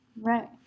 Right